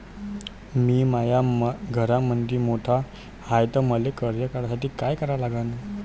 मी माया घरामंदी मोठा हाय त मले कर्ज काढासाठी काय करा लागन?